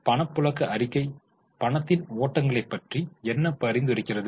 பணப்புழக்க அறிக்கை பணத்தின் ஓட்டங்களைப் பற்றி என்ன பரிந்துரைக்கிறது